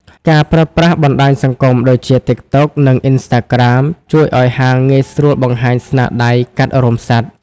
ការប្រើប្រាស់បណ្ដាញសង្គមដូចជា TikTok និង Instagram ជួយឱ្យហាងងាយស្រួលបង្ហាញស្នាដៃកាត់រោមសត្វ។